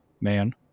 man